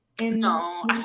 no